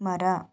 ಮರ